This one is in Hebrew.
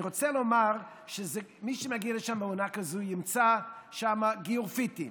אני רוצה לומר שמי שמגיע לשם בעונה כזאת ימצא שם גיאופיטים,